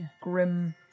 grim